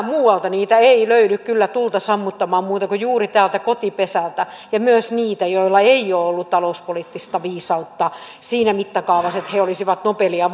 muualta löydy kyllä tulta sammuttamaan kuin juuri täältä kotipesältä ja myös niitä joilla ei ole ollut talouspoliittista viisautta siinä mittakaavassa että he olisivat nobelia